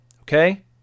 Okay